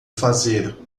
fazer